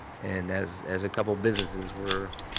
and as as a couple of businesses were